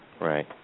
Right